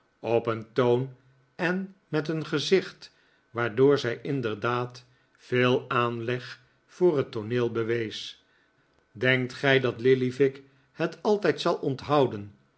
op een toon en met een gezicht waardoor zij inderdaad veel aanleg voor het tooneel bewees denkt gij dat lillyvick het altijd zal onthouden